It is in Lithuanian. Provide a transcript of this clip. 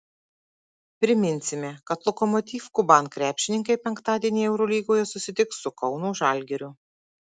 priminsime kad lokomotiv kuban krepšininkai penktadienį eurolygoje susitiks su kauno žalgiriu